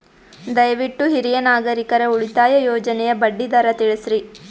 ದಯವಿಟ್ಟು ಹಿರಿಯ ನಾಗರಿಕರ ಉಳಿತಾಯ ಯೋಜನೆಯ ಬಡ್ಡಿ ದರ ತಿಳಸ್ರಿ